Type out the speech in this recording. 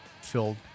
filled